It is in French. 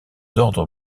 ordres